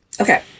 Okay